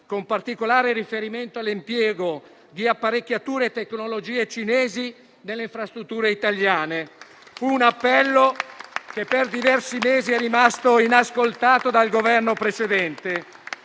con particolare riferimento all'impiego di apparecchiature e tecnologie cinesi nelle infrastrutture italiane. Fu un appello che per diversi mesi è rimasto inascoltato dal Governo precedente.